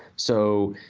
so,